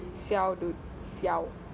siao siao